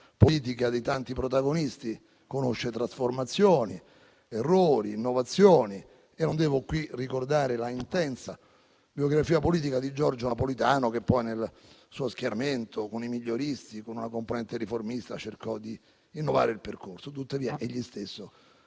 politica di tanti protagonisti conosce trasformazioni, errori e innovazioni. In questa sede, non devo ricordare la intensa biografia politica di Giorgio Napolitano che poi nel suo schieramento, con i miglioristi, con una componente riformista, cercò di innovarne il percorso, tuttavia egli stesso